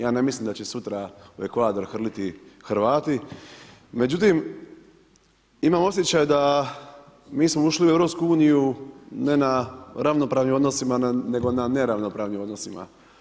Ja ne mislim da će sutra u Ekvador hrliti Hrvati, međutim, imam osjećaj da mi smo ušli u EU, ne na ravnopravnim odnosima, nego na neravnopravnim odnosima.